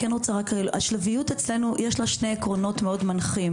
לשלביות אצלנו יש שני עקרונות מנחים.